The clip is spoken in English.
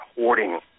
hoarding